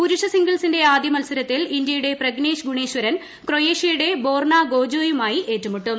പുരുഷ സിംഗിൾസിന്റെ ആദ്യ മത്സരത്തിൽ ഇന്ത്യയുടെ പ്രഗ്നേഷ് ഗുണേശ്വരൻ ക്രൊയേഷ്യയുടെ ബോർണാ ഗോജൊയുമായി ഏറ്റുമുട്ടും